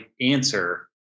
answer